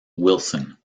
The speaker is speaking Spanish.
wilson